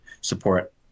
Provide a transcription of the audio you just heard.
support